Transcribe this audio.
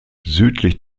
südlich